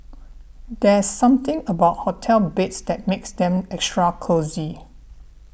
there's something about hotel beds that makes them extra cosy